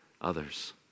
others